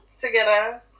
Together